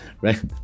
right